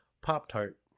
Pop-Tart